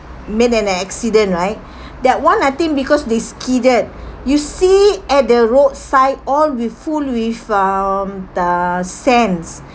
been in an accident right that one I think because they skidded you see at the roadside all with full with um the sands